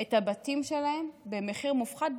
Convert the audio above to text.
את הבתים שלהם במחיר מופחת.